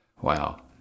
Wow